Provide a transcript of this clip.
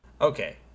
Okay